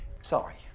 Sorry